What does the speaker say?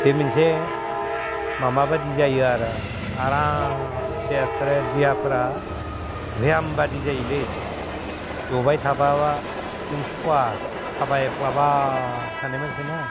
बे मोनसे माबा बायदि जायो आरो आरामसे एकक्रे देहाफोरा भयामबादि जायोलै जबाय थाबाबा जों सुखुआ थाबायफ्लाबाय थानाय मानसिना